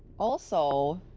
also,